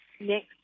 next